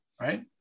right